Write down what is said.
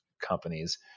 companies